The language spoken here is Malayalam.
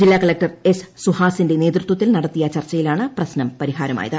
ജില്ലാകളക്ടർ എസ് സുഹാസിന്റെ നേതൃത്വത്തിൽ നടത്തിയ ചർച്ചയിലാണ് പ്രശ്ന പരിഹാരമായത്